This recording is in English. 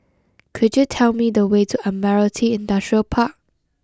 could you tell me the way to Admiralty Industrial Park